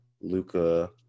Luca